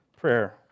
prayer